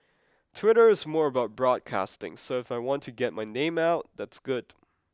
Twitter is more about broadcasting so if I want to get my name out that's good